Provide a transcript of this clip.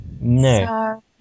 No